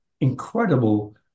incredible